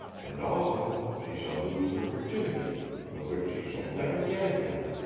and also she shall lose her virginity the which she shall never get again.